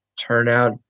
turnout